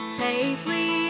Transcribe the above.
safely